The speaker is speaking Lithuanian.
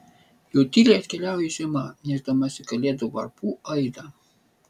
jau tyliai atkeliauja žiema nešdamasi kalėdų varpų aidą